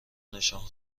نشان